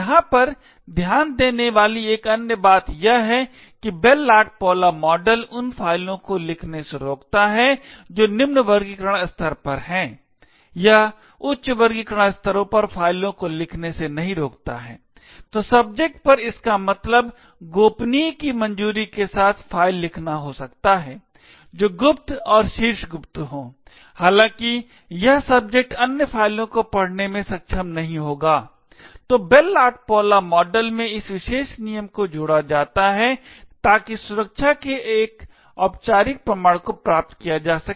यहाँ पर ध्यान देने वाली एक अन्य बात यह है कि बेल लाडुपुला मॉडल उन फाइलों को लिखने से रोकता है जो निम्न वर्गीकरण स्तर पर हैं यह उच्च वर्गीकरण स्तरों पर फाइलों को लिखने से नहीं रोकता है तो सब्जेक्ट पर इसका मतलब गोपनीय की मंजूरी के साथ फाइल लिखना हो सकता है जो गुप्त और शीर्ष गुप्त हों हालांकि यह सब्जेक्ट अन्य फ़ाइलों को पढ़ने में सक्षम नहीं होगा तो बेल लॉपैडुला मॉडल में इस विशेष नियम को जोड़ा जाता है ताकि सुरक्षा के एक औपचारिक प्रमाण को प्राप्त किया जा सके